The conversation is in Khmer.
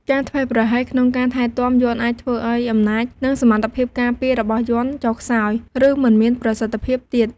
ការធ្វេសប្រហែសក្នុងការថែទាំ យ័ន្តអាចធ្វើឱ្យអំណាច និងសមត្ថភាពការពាររបស់យន្តចុះខ្សោយ ឬមិនមានប្រសិទ្ធភាពទៀត។